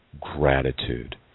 gratitude